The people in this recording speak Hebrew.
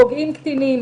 פוגעים קטינים